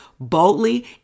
Boldly